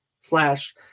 slash